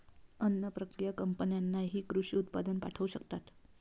अन्न प्रक्रिया कंपन्यांनाही कृषी उत्पादन पाठवू शकतात